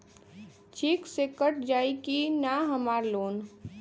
Check से cut जाई की ना हमार लोन?